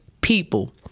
people